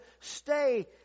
stay